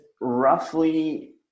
roughly